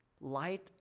light